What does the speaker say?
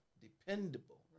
dependable